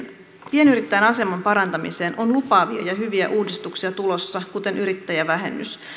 pienyrittäjän aseman parantamiseen on lupaavia ja hyviä uudistuksia tulossa kuten yrittäjävähennys